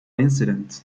incident